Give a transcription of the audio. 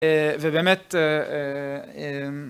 אה..ובאמת..אה..אה..אה